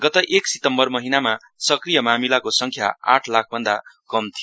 गत एक सितम्बर महिनामा सक्रिय मामिलाको संख्य आठ लाख भन्दा कम थियो